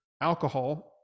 alcohol